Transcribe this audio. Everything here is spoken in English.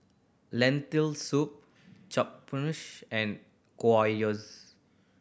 Lentil Soup Japchae and Gyoza